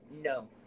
no